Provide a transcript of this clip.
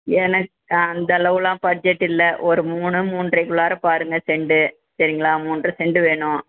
எனக்கு அந்த அளவுகெலாம் பட்ஜெட் இல்லை ஒரு மூணு மூன்றரைக்குள்ளார பாருங்கள் செண்டு சரிங்களா மூன்றரை செண்டு வேணும்